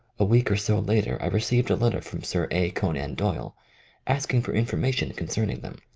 a week or so later i re ceived a letter from sir a. conan doyle ask ing for information concerning them,